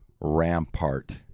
Rampart